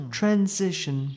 transition